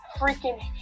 freaking